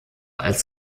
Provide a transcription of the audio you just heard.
als